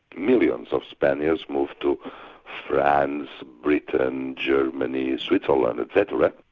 millions of spaniards moved to france, britain, germany, switzerland etc.